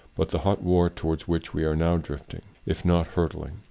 but the hot war to wards which we are now drifting, if not hurtling,